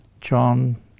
John